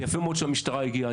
זה יפה מאוד שהמשטרה הגיעה.